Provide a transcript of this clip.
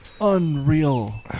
Unreal